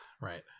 Right